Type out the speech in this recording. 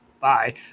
bye